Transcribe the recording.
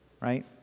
right